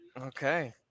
Okay